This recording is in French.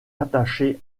attachée